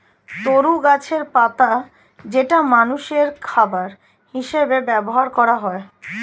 তরু গাছের পাতা যেটা মানুষের খাবার হিসেবে ব্যবহার করা হয়